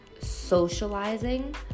socializing